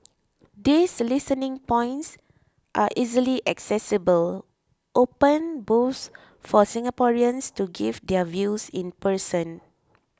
these listening points are easily accessible open booths for Singaporeans to give their views in person